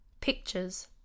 pictures